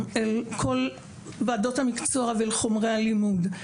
אל כל ועדות המקצוע ואל חומרי הלימוד.